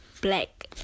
black